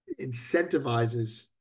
incentivizes